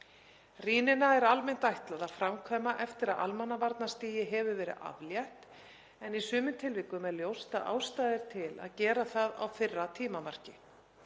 Rýnina er almennt ætlað að framkvæma eftir að almannavarnastigi hefur verið aflétt en í sumum tilvikum er ljóst að ástæða er til að gera það á fyrra tímamarki.